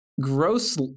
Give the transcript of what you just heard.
gross